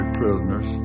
prisoners